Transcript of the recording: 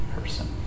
person